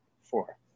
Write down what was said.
Four